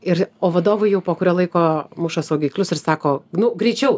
ir o vadovai jau po kurio laiko muša saugiklius ir sako nu greičiau